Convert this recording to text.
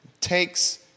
takes